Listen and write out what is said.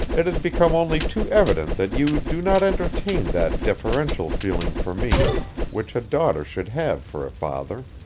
it has become only too evident that you do not entertain that deferential feeling for me which a daughter should have for a father.